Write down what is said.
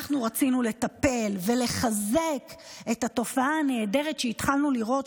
אנחנו רצינו לטפל ולחזק את התופעה הנהדרת שהתחלנו לראות,